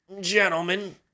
Gentlemen